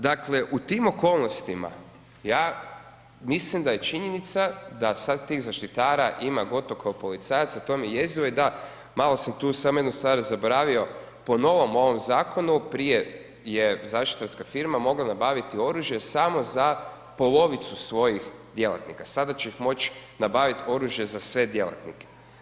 Dakle u tim okolnostima, ja mislim da je činjenica da sad tih zaštitara ima gotovo kao policajaca, to mi je jezivo i dam, malo sam tu samo jednu stvar zaboravio, po novom ovom zakonu, prije je zaštitarska firma mogla nabaviti oružje samo za polovicu svojih djelatnika, sada će ih moć nabaviti oružje za sve djelatnike.